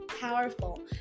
powerful